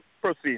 Proceed